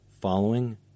following